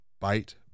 Bite